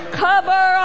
cover